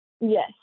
Yes